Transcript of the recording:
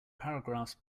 paragraphs